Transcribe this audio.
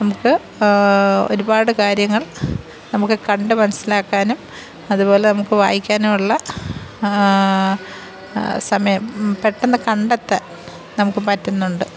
നമുക്ക് ഒരുപാട് കാര്യങ്ങൾ നമുക്ക് കണ്ട് മനസിലാക്കാനും അതുപോലെ നമുക്ക് വായിക്കാനും ഉള്ള സമയം പെട്ടെന്ന് കണ്ടെത്താൻ നമുക്ക് പറ്റുന്നുണ്ട്